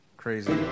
crazy